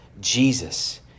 Jesus